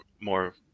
more